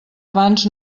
abans